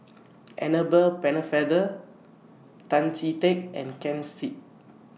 Annabel Pennefather Tan Chee Teck and Ken Seet